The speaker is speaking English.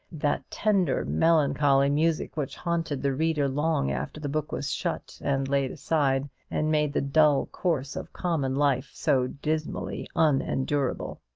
that tender, melancholy music which haunted the reader long after the book was shut and laid aside, and made the dull course of common life so dismally unendurable.